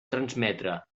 transmetre